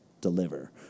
deliver